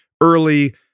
early